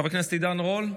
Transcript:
חבר הכנסת עידן רול,